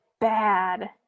bad